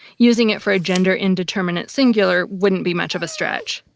using it for a gender-indeterminate singular wouldn't be much of a stretch.